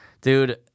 dude